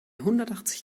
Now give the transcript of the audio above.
hundertachzig